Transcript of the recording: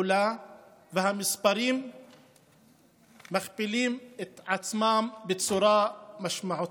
והמספרים מכפילים את עצמם בצורה משמעותית.